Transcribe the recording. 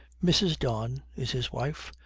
mrs. don is his wife,